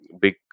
big